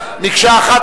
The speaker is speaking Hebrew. מקשה אחת,